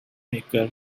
maker